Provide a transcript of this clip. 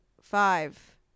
Five